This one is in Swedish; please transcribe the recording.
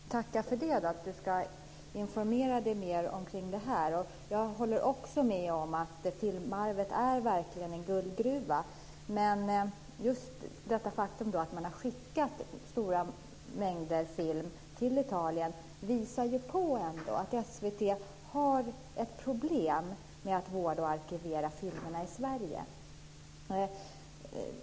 Fru talman! Jag tackar för att kulturministern ska informera sig mer om detta. Jag håller med om att filmarvet verkligen är en guldgruva. Men det faktum att man har skickat stora mängder film till Italien visar ändå att SVT har ett problem med att vårda och arkivera filmerna i Sverige.